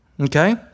okay